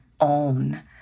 own